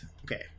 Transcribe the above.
okay